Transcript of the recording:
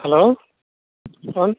hello कौन